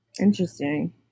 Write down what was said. Interesting